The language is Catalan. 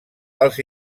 als